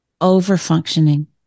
over-functioning